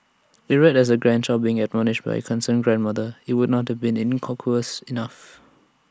if read as A grandchild being admonished by A concerned grandmother IT would not to been innocuous enough